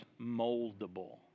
moldable